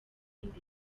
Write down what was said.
ndetse